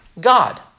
God